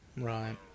Right